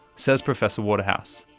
says professor waterhouse.